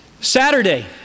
Saturday